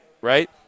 right